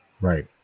right